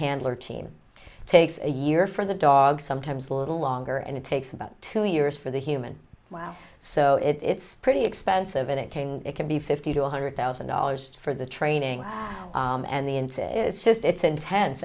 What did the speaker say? handler team takes a year for the dog sometimes a little longer and it takes about two years for the human wow so it's pretty expensive and it came it can be fifty to one hundred thousand dollars for the training and the insane it's just it's intense